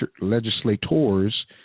legislators